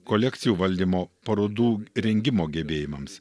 kolekcijų valdymo parodų rengimo gebėjimams